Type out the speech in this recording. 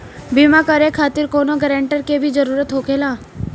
बीमा कराने खातिर कौनो ग्रानटर के भी जरूरत होखे ला?